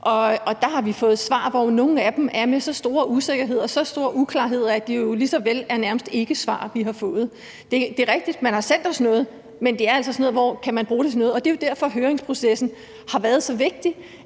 af de svar, vi har fået, er forbundet med så store usikkerheder og så store uklarheder, at det nærmest er ikkesvar, vi har fået. Det er rigtigt, at man har sendt os noget, men det er altså noget, hvor man må spørge, om det kan bruges til noget. Og det er jo derfor, at høringsprocessen har været så vigtig,